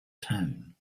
town